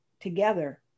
together